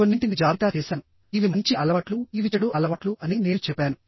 కొన్నింటిని జాబితా చేసాను ఇవి మంచి అలవాట్లు ఇవి చెడు అలవాట్లు అని నేను చెప్పాను